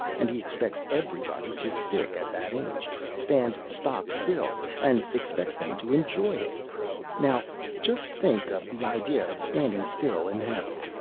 and he expects everybody to stick at that age stand stock-still and expects them to enjoy it now just think of the idea of standing still in heaven!